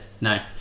No